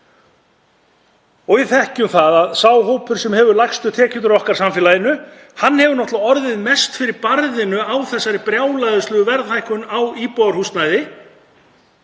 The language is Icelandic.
Við þekkjum það að sá hópur sem hefur lægstu tekjurnar í samfélaginu hefur náttúrlega orðið verst fyrir barðinu á þessari brjálæðislegu verðhækkun á íbúðarhúsnæði.